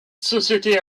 société